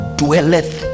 dwelleth